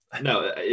No